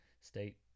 state